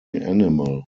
animal